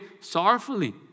sorrowfully